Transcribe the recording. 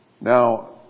Now